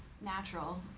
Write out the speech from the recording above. natural